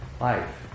life